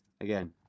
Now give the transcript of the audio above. Again